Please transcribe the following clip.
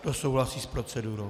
Kdo souhlasí s procedurou?